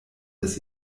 das